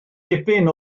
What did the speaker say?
dipyn